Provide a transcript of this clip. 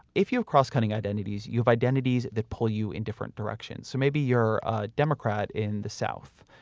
if you have crosscutting identities, you have identities that pull you in different directions, so maybe you're a democrat in the south,